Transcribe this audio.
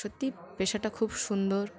সত্যি পেশাটা খুব সুন্দর